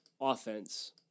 offense